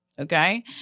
Okay